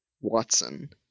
Watson